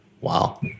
Wow